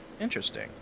Interesting